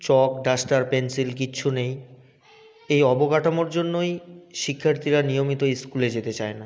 চক duster pencil কিচ্ছু নেই এই অবকাঠামোর জন্যই শিক্ষার্থীরা নিয়মিত স্কুলে যেতে চায় না